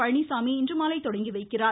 பழனிசாமி இன்று மாலை தொடங்கி வைக்கிறார்